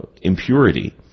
impurity